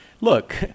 look